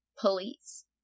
police